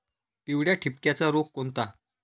पिवळ्या ठिपक्याचा रोग कोणता?